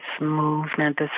movement